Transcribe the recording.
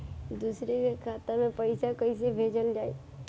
दूसरे के खाता में पइसा केइसे भेजल जाइ?